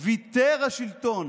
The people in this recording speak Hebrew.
ויתר השלטון